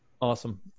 Awesome